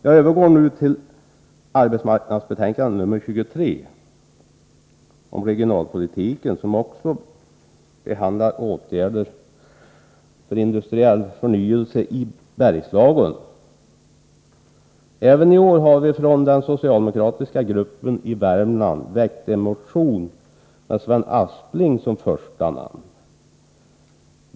Jag övergår nu till arbetsmarknadsutskottets betänkande nr 23 om regionalpolitiken, som också behandlar åtgärder för industriell förnyelse i Bergslagen. Även i år har vi från den socialdemokratiska gruppen i Värmland väckt en motion med Sven Aspling som första namn.